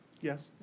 Yes